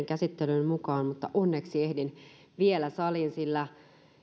käsittelyyn mukaan mutta onneksi ehdin vielä saliin sillä